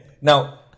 Now